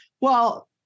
Well-